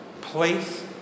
place